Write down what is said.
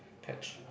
patch